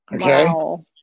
Okay